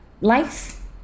life